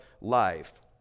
life